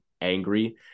angry